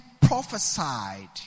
prophesied